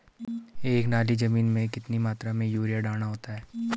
एक नाली जमीन में कितनी मात्रा में यूरिया डालना होता है?